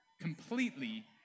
completely